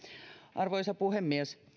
arvoisa puhemies